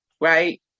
right